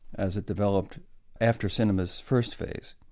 as it developed after cinema's first phase.